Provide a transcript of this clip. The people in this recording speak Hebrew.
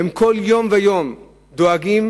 והם כל יום ויום דואגים